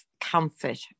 comfort